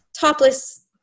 Topless